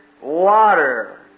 water